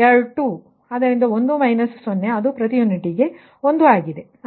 QL2 ಆದ್ದರಿಂದ 1 0 ಅದು ಪ್ರತಿ ಯೂನಿಟ್ಗೆ 1 ಆಗಿದೆ